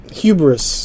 hubris